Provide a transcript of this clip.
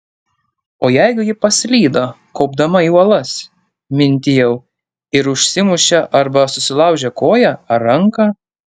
o jeigu ji paslydo kopdama į uolas mintijau ir užsimušė arba susilaužė koją ar ranką